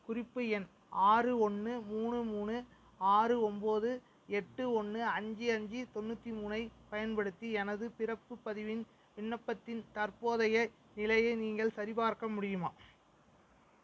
குறிப்பு எண் ஆறு ஒன்று மூணு மூணு ஆறு ஒன்போது எட்டு ஒன்று அஞ்சு அஞ்சு தொண்ணூற்றி மூணைப் பயன்படுத்தி எனது பிறப்புப் பதிவின் விண்ணப்பத்தின் தற்போதைய நிலையை நீங்கள் சரிபார்க்க முடியுமா